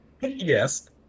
Yes